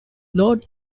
lord